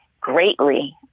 greatly